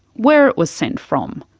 where it was sent from,